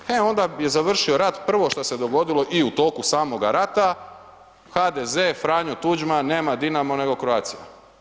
E onda je završio rat, prvo što se dogodilo i u toku samoga rata, HDZ, Franjo Tuđman, nema Dinamo nego Croatia.